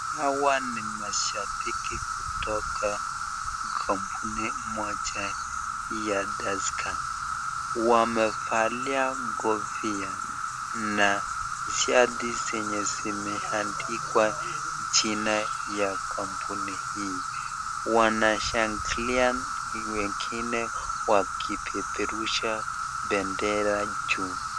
Hawa ni mashabiki kutoka kampuni moja ya Tusker, wamevalia kofia na shati zenye imeandikwa jina ya kampuni hii, wanashangilia wengine wakipeperusha bendera juu.